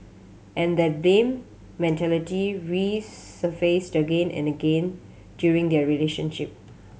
and that blame mentality resurfaced again and again during their relationship